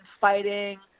fighting